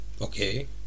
Okay